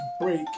break